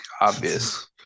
obvious